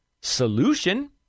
solution